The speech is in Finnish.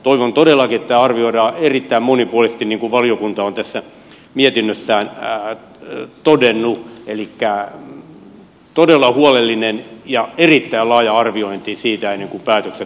toivon todellakin että tämä arvioidaan erittäin monipuolisesti niin kuin valiokunta on tässä mietinnössään todennut elikkä tehdään todella huolellinen ja erittäin laaja arviointi siitä ennen kuin päätökset lopullisesti tehdään